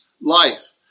life